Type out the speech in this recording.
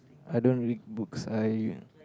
I don't read books I